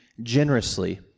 generously